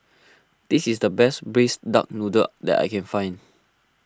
this is the best Braised Duck Noodle that I can find